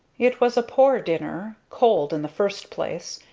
it was a poor dinner. cold in the first place,